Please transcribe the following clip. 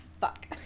fuck